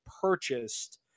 purchased